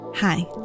Hi